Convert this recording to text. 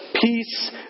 Peace